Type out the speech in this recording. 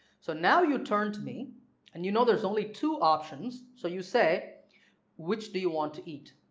so now you turn to me and you know there's only two options so you say which do you want to eat?